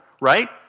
Right